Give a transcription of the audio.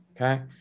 Okay